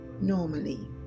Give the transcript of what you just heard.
normally